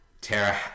Tara